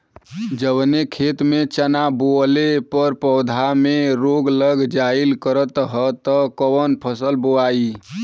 जवने खेत में चना बोअले पर पौधा में रोग लग जाईल करत ह त कवन फसल बोआई?